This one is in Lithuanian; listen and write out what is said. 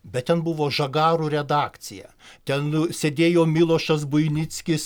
bet ten buvo žagarų redakcija ten sėdėjo milošas buinickis